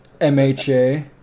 MHA